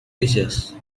features